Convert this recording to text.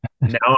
Now